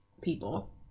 People